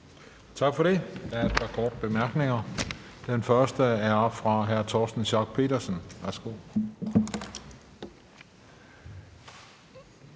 Tak for det. Der er et par korte bemærkninger, og den første er fra hr. Torsten Schack Pedersen. Værsgo.